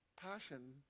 passion